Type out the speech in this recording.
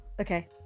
Okay